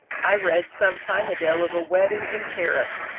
i read some time ago of a wedding in paris.